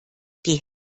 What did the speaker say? die